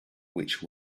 which